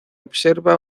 observa